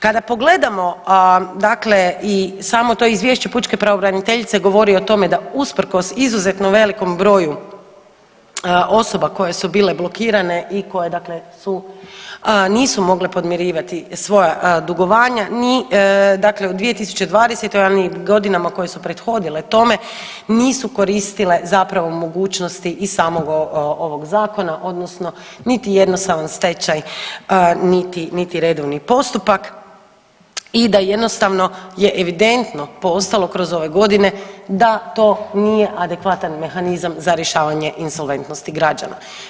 Kada pogledamo dakle i samo to izvješće pučke pravobraniteljice govori o tome da usprkos izuzetno velikom broju osoba koje su bile blokirane i koje dakle su, nisu mogle podmirivati svoja dugovanja ni, dakle u 2020. ali ni godinama koje su prethodile tome nisu koristile zapravo mogućnosti i samog ovog zakona odnosno niti jednostavan stečaj, niti redovni postupak i da jednostavno je evidentno postalo kroz ove godine da to nije adekvatan mehanizam za rješavanje insolventnosti građana.